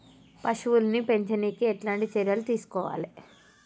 పశువుల్ని పెంచనీకి ఎట్లాంటి చర్యలు తీసుకోవాలే?